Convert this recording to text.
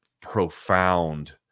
profound